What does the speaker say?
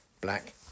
black